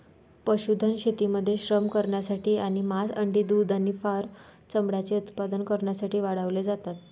पशुधन शेतीमध्ये श्रम करण्यासाठी आणि मांस, अंडी, दूध आणि फर चामड्याचे उत्पादन करण्यासाठी वाढवले जाते